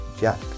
Jack